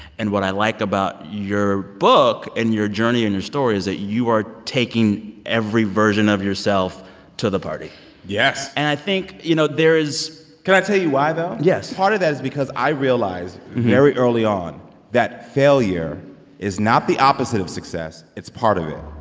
and what i like about your book and your journey and your story is that you are taking every version of yourself to the party yes and i think, you know, there is. can i tell you why, though? yes part of that is because i realized very early on that failure is not the opposite of success it's part of it.